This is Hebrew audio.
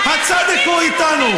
הצדק הוא איתנו.